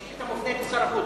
אדוני, השאילתא מופנית לשר החוץ.